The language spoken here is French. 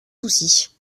soucis